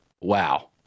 Wow